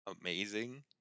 amazing